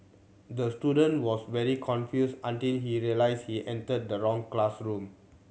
the student was very confused until he realised he entered the wrong classroom